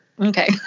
Okay